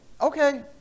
okay